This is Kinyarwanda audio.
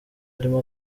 arimo